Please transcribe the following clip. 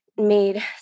made